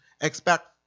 expect